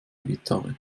gitarre